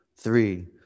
three